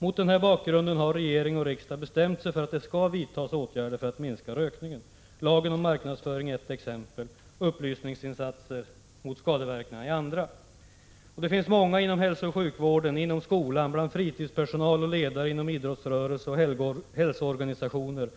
Mot den här bakgrunden har regeringen och riksdagen bestämt sig för att det skall vidtas åtgärder för att minska rökningen. Lagen om marknadsföring är ett exempel, upplysningsinsatser om skadeverkningarna är andra. Många inom hälsooch sjukvården, inom skolan, bland fritidspersonal och ledare inom idrottsrörelsen och hälsoorganisationer